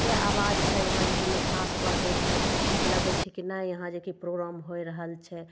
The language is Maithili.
चाहे आवाजसँ यहाँ जे कि मिठास बढ़य छै तऽ लगय छै की नहि यहाँ जे कि प्रोग्राम होइ रहल छै